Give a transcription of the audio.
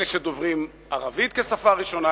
אלה שדוברים ערבית כשפה ראשונה,